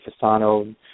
Fasano